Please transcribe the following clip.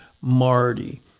Marty